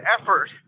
effort